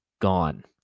gone